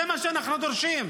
זה מה שאנחנו דורשים.